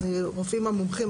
הרופאים המומחים,